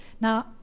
Now